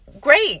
great